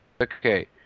okay